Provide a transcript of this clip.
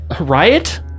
Riot